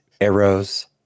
arrows